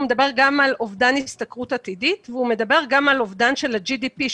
הוא מדבר על אובדן השתכרות עתידית וגם על אובדן ה-GDP,